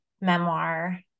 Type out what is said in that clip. memoir